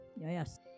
Yes